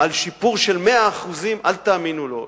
על שיפור של 100%, אל תאמינו לו.